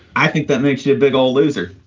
i think that makes you a big ole loser.